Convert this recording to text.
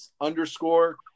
underscore